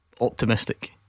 optimistic